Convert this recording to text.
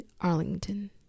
Arlington